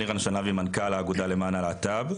אני רן שלהבי, מנכ"ל האגודה למען הלהט"ב.